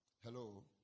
Hello